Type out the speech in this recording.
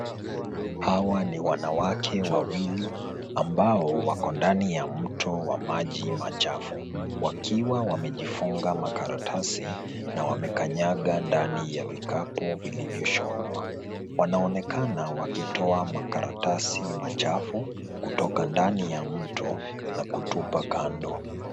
Hawa ni wanawake wawili ambao wako ndani ya mto wa maji machafu wakiwa wamejifunga makaratasi na wamekanyaga ndani ya vikapu vilivyoshonwa. Wanaonekana wakitoa makaratasi machafu kutoka ndani ya mto na kutupa kando.